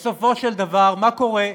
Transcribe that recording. בסופו של דבר, מה קורה?